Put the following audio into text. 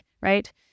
right